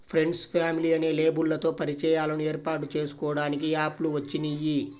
friends, family అనే లేబుల్లతో పరిచయాలను ఏర్పాటు చేసుకోడానికి యాప్ లు వచ్చినియ్యి